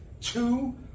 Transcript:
two